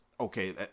okay